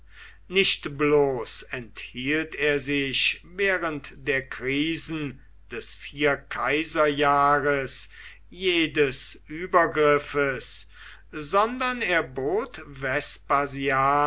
nicht bloß enthielt er sich während der krisen des vierkaiserjahres jedes übergriffe sondern er bot